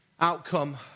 outcome